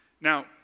Now